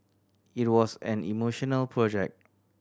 it was an emotional project